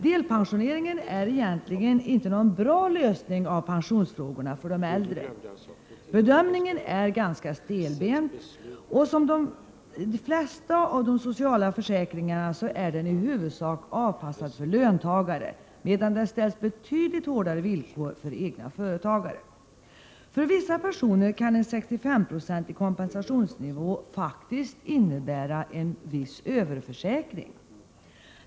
Delpensioneringen är egentligen inte någon bra lösning av pensionsfrågorna för de äldre. Bedömningen är ganska stelbent, och som de flesta av de sociala försäkringarna är den i huvudsak avpassad för löntagare, medan det är betydligt hårdare villkor för egna företagare. För vissa personer kan en 65-procentig kompensationsnivå faktiskt innebära en viss överförsäkring.